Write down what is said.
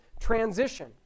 transition